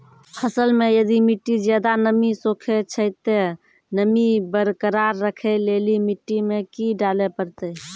फसल मे यदि मिट्टी ज्यादा नमी सोखे छै ते नमी बरकरार रखे लेली मिट्टी मे की डाले परतै?